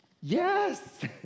Yes